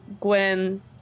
Gwen